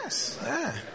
yes